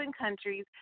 countries